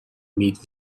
meet